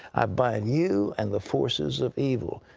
i bind you and the forces of evil.